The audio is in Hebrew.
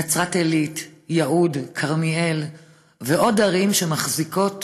נצרת עילית, יהוד, כרמיאל ועוד ערים שסובלות